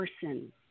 person